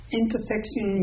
intersection